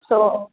so